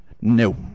no